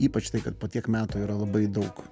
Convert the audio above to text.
ypač tai kad po tiek metų yra labai daug